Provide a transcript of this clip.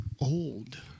old